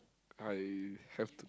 I have to